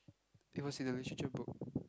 it was in a literature book